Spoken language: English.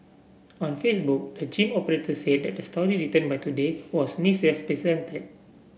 on Facebook the gym operator said that the story written by Today was missis presented